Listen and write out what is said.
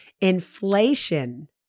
inflation